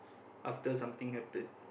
after something happen